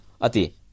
Ati